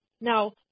Now